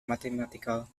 mathematical